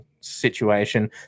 situation